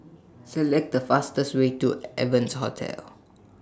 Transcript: Select The fastest Way to Evans Hotel